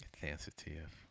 Sensitive